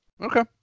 Okay